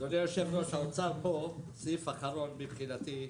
אדוני היושב-ראש, האוצר פה, סעיף אחרון מבחינתי.